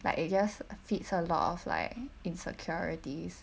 like it just feeds a lot of like insecurities